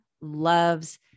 loves